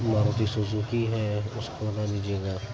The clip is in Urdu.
ماروتی سوزوکی ہے اس کو نہ لیجیے گا